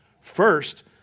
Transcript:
First